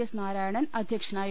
S Narayanan അദ്ധ്യക്ഷനായിരുന്നു